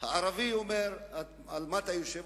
לערבי הוא אומר: על מה אתה יושב?